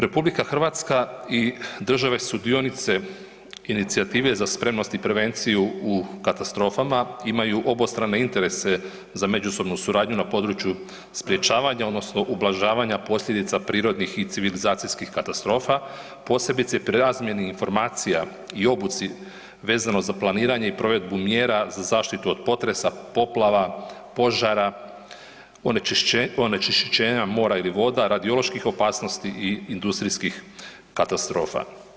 RH i države sudionice inicijative za spremnost i prevenciju u katastrofama imaju obostrane interese za međusobnu suradnju na području sprječavanja odnosno ublažavanja posljedica prirodnih i civilizacijskih katastrofa, posebice prerazmjeni informacija i obuci vezano za planiranje i provedbu mjera za zaštitu od potresa, poplava, požara, onečišćenja mora ili voda radioloških opasnosti i industrijskih katastrofa.